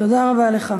תודה רבה לך.